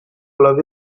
club